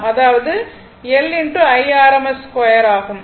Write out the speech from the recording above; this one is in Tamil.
அதாவது L IRms 2 ஆகும்